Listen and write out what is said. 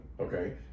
Okay